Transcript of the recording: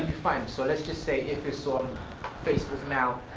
find, so let's just say if it's on facebook now,